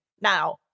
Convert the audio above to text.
Now